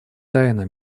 тайна